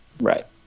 Right